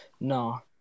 no